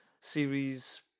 series